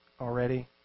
already